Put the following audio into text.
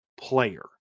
player